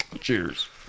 Cheers